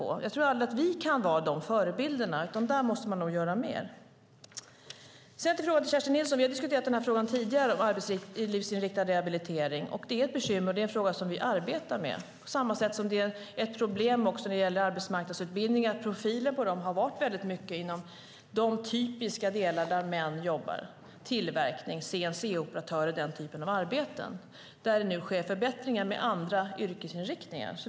Jag tror inte att vi kan vara de förebilderna. Där måste man nog göra mer. Vi har diskuterat frågan om arbetslivsinriktad rehabilitering tidigare. Det är ett bekymmer. Det är en fråga som vi arbetar med. Ett problem med arbetsmarknadsutbildningen är att profilen har varit inom de områden där män jobbar, som inom tillverkning, som CNC-operatörer och liknande. Där sker det nu en förbättring med andra yrkesinriktningar.